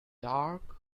dark